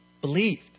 believed